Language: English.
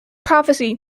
prophecy